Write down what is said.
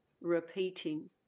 repeating